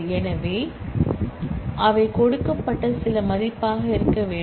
எனவே அவை கொடுக்கப்பட்ட சில மதிப்பாக இருக்க வேண்டும்